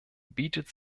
bietet